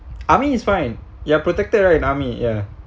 army is fine you're protected right in army ya